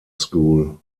school